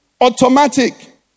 Automatic